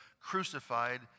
crucified